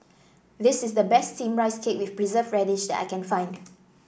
this is the best steamed Rice Cake with Preserved Radish that I can find